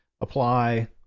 apply